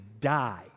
die